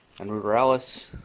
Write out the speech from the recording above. and ruderalis,